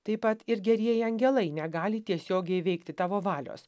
taip pat ir gerieji angelai negali tiesiogiai įveikti tavo valios